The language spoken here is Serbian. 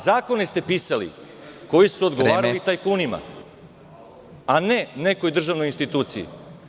Zakone ste pisali koji su odgovarali tajkunima, a ne nekoj državnoj instituciji.